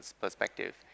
perspective